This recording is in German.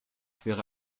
wäre